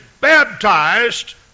baptized